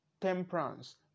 temperance